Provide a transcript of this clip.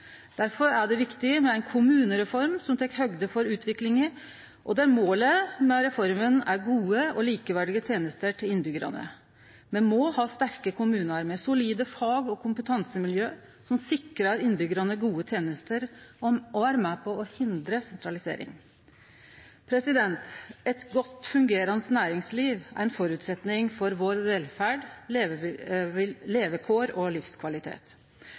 er det viktig med ei kommunereform som tek høgde for utviklinga, og der måla med reforma er gode og likeverdige tenester til innbyggjarane. Me må ha sterke kommunar med solide fag- og kompetansemiljø som sikrar innbyggjarane gode tenester og er med på å hindre sentralisering. Eit godt fungerande næringsliv er ein føresetnad for vår velferd, våre levekår og vår livskvalitet.